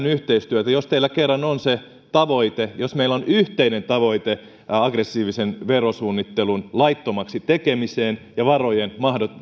yhteistyötä jos teillä kerran on se tavoite jos meillä on yhteinen tavoite aggressiivisen verosuunnittelun laittomaksi tekemisestä ja varojen